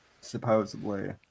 supposedly